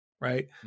right